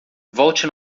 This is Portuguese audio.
volte